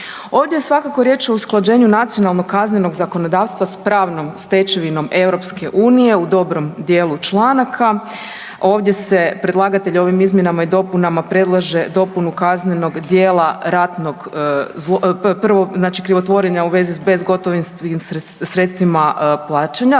Ovdje je svakako riječ o usklađenju nacionalnog kaznenog zakonodavstva sa pravnom stečevinom EU u dobrom dijelu članaka. Ovdje predlagatelj ovim izmjenama i dopunama predlaže dopunu kaznenog dijela ratnog, znači prvo krivotvorenja u vezi s bezgotovinskim sredstvima plaćanja.